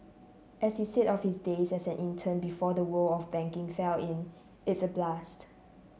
as she said of his days as an intern before the world of banking fell in it's a blast